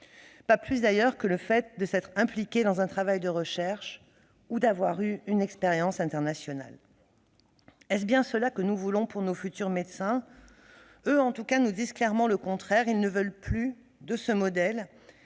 pas plus que le fait de s'être impliqué dans un travail de recherche ou d'avoir une expérience internationale. Est-ce bien cela que nous voulons pour nos futurs médecins ? En tout cas, eux nous disent clairement le contraire ; ils ne veulent plus de ce modèle